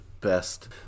best